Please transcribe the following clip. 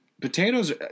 potatoes